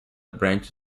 branches